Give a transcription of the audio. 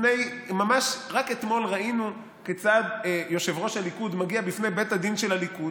רק אתמול ראינו כיצד יושב-ראש הליכוד מגיע בפני בית הדין של הליכוד,